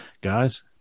guys